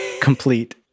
complete